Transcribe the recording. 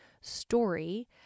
story